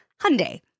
Hyundai